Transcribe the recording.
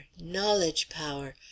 knowledge-power—